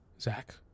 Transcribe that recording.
Zach